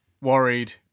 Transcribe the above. worried